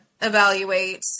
evaluate